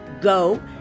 go